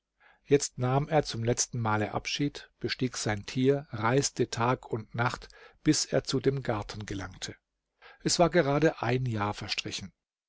jetzt nahm er zum letztenmale abschied bestieg sein tier reiste tag und nacht bis er zu dem garten gelangte es war gerade ein jahr verstrichen